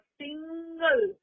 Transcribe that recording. single